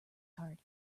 card